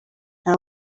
nta